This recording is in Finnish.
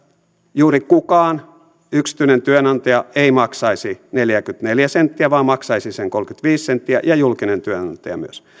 juuri kukaan yksityinen työnantaja ei maksaisi neljäkymmentäneljä senttiä vaan maksaisi sen kolmekymmentäviisi senttiä ja julkinen työnantaja myös